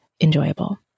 enjoyable